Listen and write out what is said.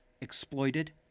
exploited